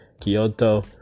Kyoto